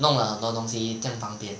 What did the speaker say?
弄了很多东西这样方便